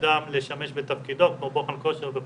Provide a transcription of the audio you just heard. אדם לשמש בתפקידו, כמו בוחן כושר וכולי.